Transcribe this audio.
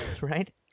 right